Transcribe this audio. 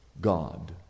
God